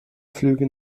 flüge